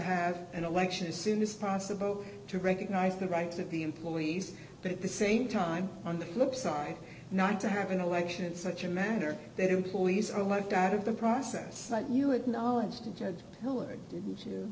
have an election as soon as possible to recognize the rights of the employees but at the same time on the flip side not to have an election such a manner that employees are almost out of the process but you acknowledge t